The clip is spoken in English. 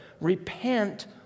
repent